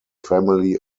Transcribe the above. family